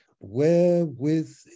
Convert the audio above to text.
Wherewith